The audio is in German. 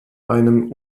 einem